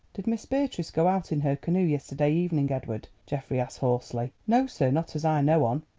did miss beatrice go out in her canoe yesterday evening, edward? geoffrey asked hoarsely. no, sir not as i know on.